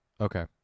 Okay